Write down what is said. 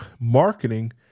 marketing